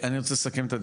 אני רוצה לסכם את הדיון,